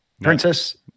Princess